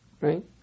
right